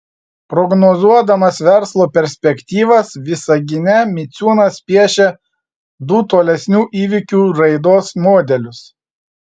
prognozuodamas verslo perspektyvas visagine miciūnas piešia du tolesnių įvykių raidos modelius